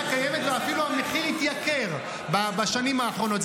ואפילו המחיר התייקר בשנים האחרונות.